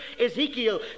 Ezekiel